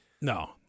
No